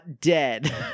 dead